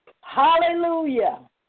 Hallelujah